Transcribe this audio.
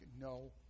no